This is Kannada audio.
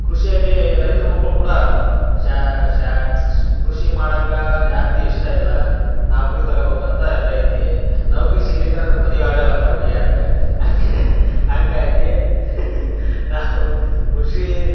ಕೃಷಿಯಲ್ಲಿ ರೈತ್ರ ಮಕ್ಕಳು ಕೂಡ ಶಾ ಶಾ ಸ್ಕು ಕೃಷಿ ಮಾಡೋಕ್ಕೆ ಯಾರ್ಗೆ ಇಷ್ಟ ಇಲ್ಲ ನೌಕರಿ ತಗೊಳ್ಬೇಕಂತ ಎಲ್ದ್ ಐತಿ ನೌಕರಿ ಸಿಗ್ಲಿಕ್ಕೆ ಅಂದ್ರೆ ಮದುವೆ ಆಗೋಲ್ಲ ಅಂತಾರೆ ಹುಡ್ಗ್ಯಾರು ಹಂಗೆ ಹಾಗಾಗಿ ನಾವು ಕೃಷಿ